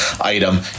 item